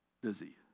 busy